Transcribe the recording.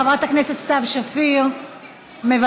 חברת הכנסת סתיו שפיר, מוותרת,